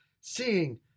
seeing